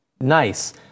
nice